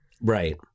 Right